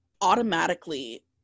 automatically